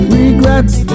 regrets